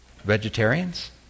vegetarians